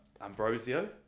Ambrosio